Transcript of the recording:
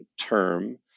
term